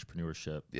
entrepreneurship